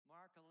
Mark